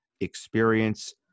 experience